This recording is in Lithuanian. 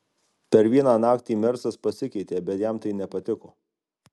per vieną naktį mersas pasikeitė bet jam tai nepatiko